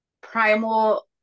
primal